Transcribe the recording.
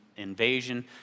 invasion